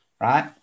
right